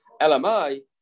LMI